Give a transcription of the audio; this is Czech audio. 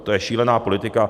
To je šílená politika.